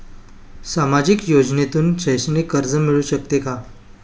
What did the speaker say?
सामाजिक योजनेतून शैक्षणिक कर्ज मिळू शकते का?